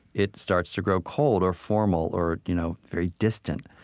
it starts to grow cold or formal or you know very distant.